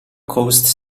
coast